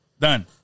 Done